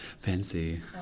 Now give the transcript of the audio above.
Fancy